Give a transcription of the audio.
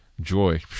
joy